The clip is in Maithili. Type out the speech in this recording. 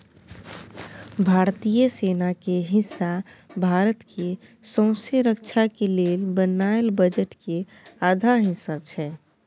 भारतीय सेना के हिस्सा भारत के सौँसे रक्षा के लेल बनायल बजट के आधा हिस्सा छै